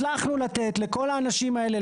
הצלחנו לתת לכל האנשים האלה,